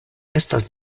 estas